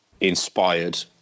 inspired